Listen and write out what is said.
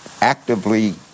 actively